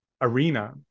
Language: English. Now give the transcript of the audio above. arena